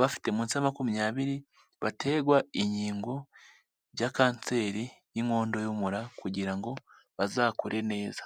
bafite munsi ya makumyabiri bategwa inkingo ya kanseri y'inkondo y'umura kugira ngo bazakure neza.